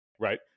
right